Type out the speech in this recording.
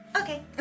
Okay